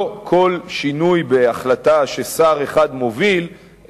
לא כל שינוי בהחלטה ששר אחד מוביל,